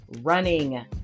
running